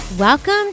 Welcome